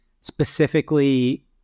specifically